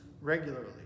regularly